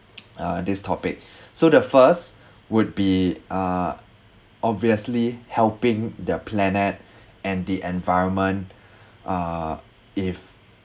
uh this topic so the first would be uh obviously helping the planet and the environment uh if